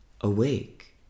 awake